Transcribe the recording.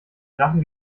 drachen